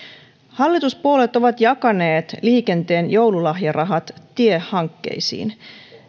hallituspuolueet ovat jakaneet liikenteen joululahjarahat tiehankkeisiin